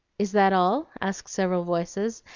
is that all? asked several voices,